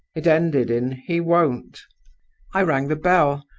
it ended in he won't i rang the bell,